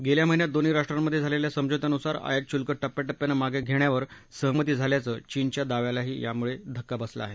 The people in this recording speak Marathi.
गेल्या महिन्यात दोन्ही राष्ट्रांमधे झालेल्या समझोत्यानुसार आयातशुल्क टप्प्याटप्प्यानं मागे घेण्यावर सहमती झाल्याच्या चीनच्या दाव्यालाही यामुळे धक्का बसला आहे